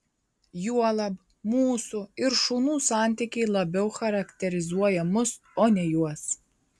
juolab mūsų ir šunų santykiai labiau charakterizuoja mus o ne juos